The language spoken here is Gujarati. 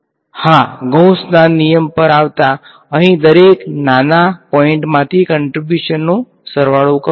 હા ગૌસના નીયમ પર આવતાં અહીં દરેક નાના પોઈન્ટમાંથી કંટ્રીબ્યુશન નો સરવાળો કરો